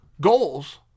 goals